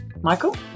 Michael